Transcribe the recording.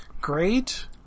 great